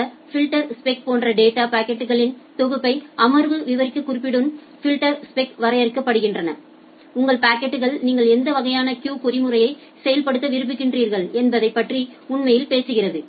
இந்த ஃபில்டர்ஸ்பெக் போன்ற டேட்டா பாக்கெட்களின் தொகுப்பை அமர்வு விவரக்குறிப்புடன் ஃபில்டர்ஸ்பெக் வரையறுக்கின்றன உங்கள் பாக்கெட்டில் நீங்கள் எந்த வகையான கியூ பொறிமுறையை செயல்படுத்த விரும்புகிறீர்கள் என்பதைப் பற்றி உண்மையில் பேசுகிறது